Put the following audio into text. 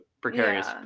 precarious